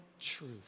truth